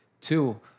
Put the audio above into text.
Two